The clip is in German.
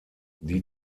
die